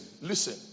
listen